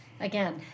Again